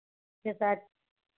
के साथ